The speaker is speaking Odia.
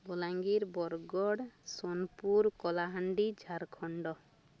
ବଲାଙ୍ଗୀର ବରଗଡ଼ ସୋନପୁର କଳାହାଣ୍ଡି ଝାଡ଼ଖଣ୍ଡ